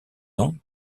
ont